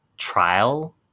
Trial